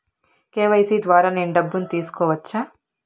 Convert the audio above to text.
KYC ద్వారా నేను డబ్బును తీసుకోవచ్చా?